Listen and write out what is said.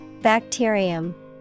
Bacterium